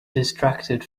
distracted